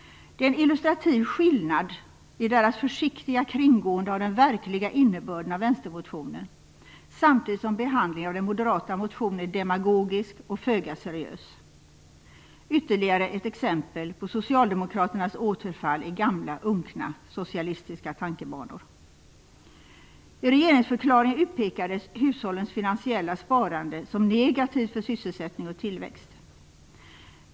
Det är en illustrativ skillnad i deras försiktiga kringgående av den verkliga innebörden av vänstermotionen, samtidigt som behandlingen av den moderata motionen är demagogisk och föga seriös. Det är ytterligare ett exempel på socialdemokraternas återfall i gamla, unkna socialistiska tankebanor. I regeringsförklaringen utpekades hushållens finansiella sparande som negativ för sysselsättning och tillväxt.